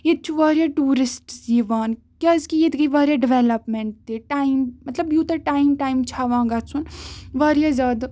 ییٚتہِ چھُ واریاہ ٹیورِسٹٕس یِوان کیازِ کہِ ییتہِ گٔے واریاہ ڈیویٚلَپمینٹ تہِ ٹایم مطلب یوٗتاہ ٹایم ٹایم چھُ ہیٚوان گژھُن واریاہ زیادٕ